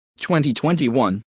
2021